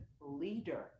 leader